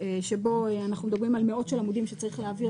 שבו אנחנו מדברים על מאות עמודים שצריך להעביר